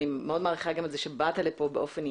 מעריכה גם את הגעתך לדיון.